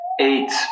eight